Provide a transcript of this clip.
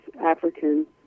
African